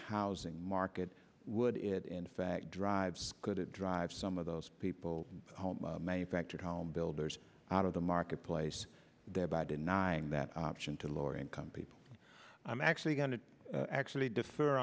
housing market would it in fact drives could it drive some of those people home manufactured home builders out of the marketplace thereby denying that option to lower income people i'm actually going to actually differ